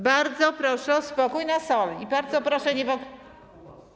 Bardzo proszę o spokój na sali i bardzo proszę nie.